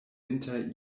inter